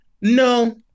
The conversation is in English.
No